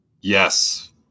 Yes